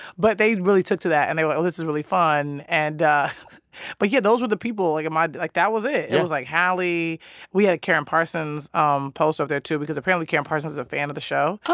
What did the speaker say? but they really took to that, and they went, oh, this is really fun. and but yeah, those were the people, like, in my like, that was it. it was, like, halle we had karyn parsons' um poster up there too because apparently karyn parsons is a fan of the show.